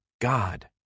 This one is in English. God